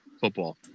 football